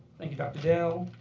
thank you, dr. dale.